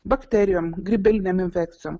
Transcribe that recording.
bakterijom grybelinėm infekcijom